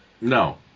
No